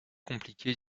compliquée